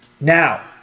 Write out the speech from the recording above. Now